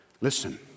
Listen